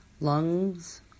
lungs